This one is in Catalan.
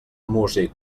músic